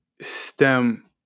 stem